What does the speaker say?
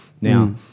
now